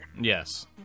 yes